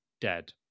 dead